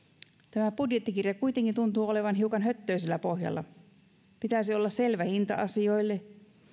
tämä budjettikirja kuitenkin tuntuu olevan hiukan höttöisellä pohjalla pitäisi olla selvä hinta asioille